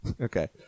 Okay